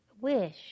wish